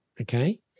okay